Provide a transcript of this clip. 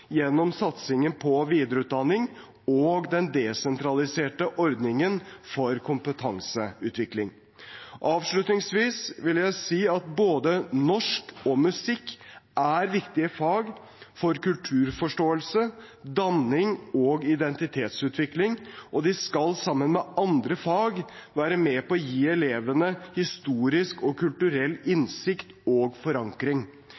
gjennom satsingen på videreutdanning og den desentraliserte ordningen for kompetanseutvikling. Avslutningsvis vil jeg si at både norsk og musikk er viktige fag for kulturforståelsen, danning og identitetsutvikling, og de skal sammen med andre fag være med på å gi elevene historisk og kulturell innsikt og forankring.